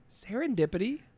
Serendipity